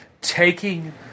taking